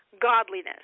godliness